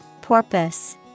Porpoise